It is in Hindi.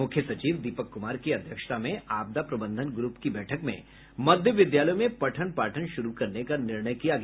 मुख्य सचिव दीपक कुमार की अध्यक्षता में आपदा प्रबंधन ग्रुप की बैठक में मध्य विद्यालयों में पठ्न पाठन शुरू करने का निर्णय किया गया